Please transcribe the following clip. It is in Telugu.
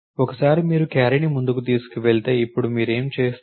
ఒకసారి మీరు క్యారీని ముందుకు తీసుకు వెళితే ఇప్పుడు మీరు ఏమి చేస్తారు